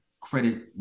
credit